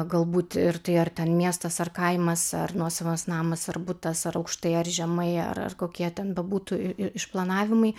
galbūt ir tai ar ten miestas ar kaimas ar nuosavas namas ar butas ar aukštai ar žemai ar ar kokie ten bebūtų i išplanavimai